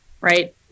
Right